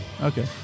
Okay